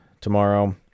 tomorrow